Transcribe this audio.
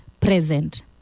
present